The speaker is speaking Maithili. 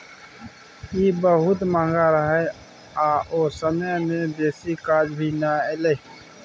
ई बहुत महंगा रहे आ ओ समय में बेसी काज भी नै एले